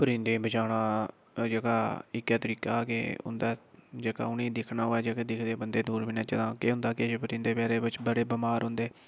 परिंदे गी बचाना जेह्का इक्कै तरीका ऐ कि उं'दा जेह्का उ'नेंगी दिक्खना होऐ जेह्के दिखदे बंदे दूरबीनै च तां केह् होंदा कि केईं परिंदे बचैरे बड़े बमार रौंह्दे